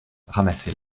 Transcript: ramassé